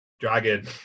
Dragon